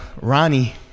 Ronnie